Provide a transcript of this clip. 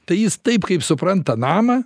tai jis taip kaip supranta namą